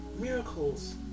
miracles